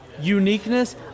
Uniqueness